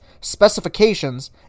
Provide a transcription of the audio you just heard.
specifications